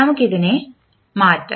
നമുക്ക് ഇതിനെ മാറ്റാം